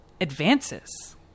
advances